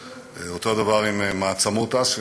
אותו הדבר עם מעצמות אסיה: